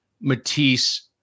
Matisse